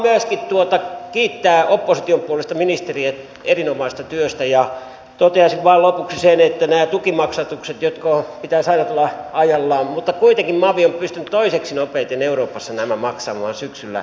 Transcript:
haluan myöskin kiittää opposition puolesta ministeriä erinomaisesta työstä ja toteaisin vain lopuksi sen että näiden tukimaksatusten pitäisi aina tulla ajallaan mutta kuitenkin mavi on pystynyt toiseksi nopeiten euroopassa nämä maksamaan syksyllä